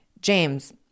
james